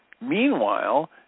Meanwhile